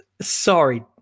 Sorry